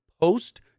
post